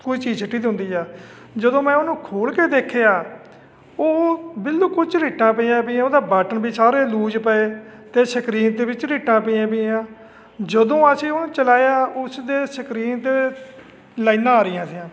ਕੋਈ ਚੀਜ਼ ਸਿੱਟੀ ਦੀ ਹੁੰਦੀ ਹੈ ਜਦੋਂ ਮੈਂ ਉਹਨੂੰ ਖੋਲ੍ਹ ਕੇ ਦੇਖਿਆ ਉਹ ਬਿਲਕੁਲ ਝਰੀਟਾਂ ਪਈਆਂ ਪਈਆਂ ਉਹਦਾ ਬਟਨ ਵੀ ਸਾਰੇ ਲੂਜ ਪਏ ਤੇ ਸਕਰੀਨ 'ਤੇ ਵੀ ਝਰੀਟਾਂ ਪਈਆਂ ਪਈਆਂ ਜਦੋਂ ਅਸੀਂ ਉਹਨੂੰ ਚਲਾਇਆ ਉਸ ਦੇ ਸਕਰੀਨ 'ਤੇ ਲਾਈਨਾਂ ਆ ਰਹੀਆਂ ਸੀਆਂ